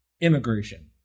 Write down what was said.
immigration